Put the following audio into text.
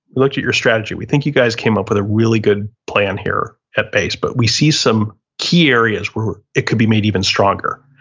looked at your strategy, we think you guys came up with a really good plan here at base, but we see some key areas where it could be made even stronger.